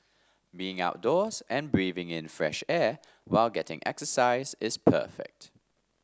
being outdoors and breathing in fresh air while getting exercise is perfect